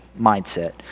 mindset